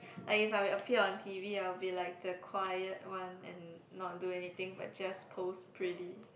like if I appeared on t_v I'll be like the quiet one and not do anything but just pose pretty